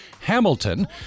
hamilton